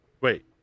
Wait